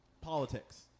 politics